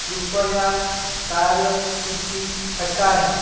कृपया कार्य सूची हटाएँ